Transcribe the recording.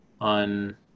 on